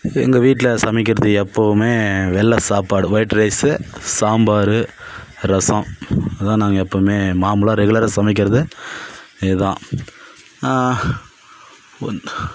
எங்கள் வீட்டில் சமைக்கிறது எப்பவும் வெள்ளை சாப்பாடு வைட் ரைஸ்சு சாம்பார் ரசம் இதான் நாங்கள் எப்பவும் மாம்பழம் ரெகுலராக சமைக்கிறது இதான்